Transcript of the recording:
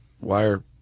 wire